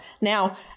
Now